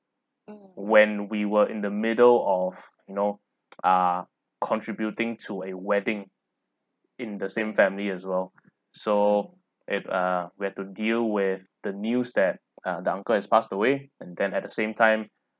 when we were in the middle of you know ah contributing to a wedding in the same family as well so it uh we had to deal with the news that uh the uncle has passed away and then at the same time